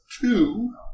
two